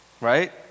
right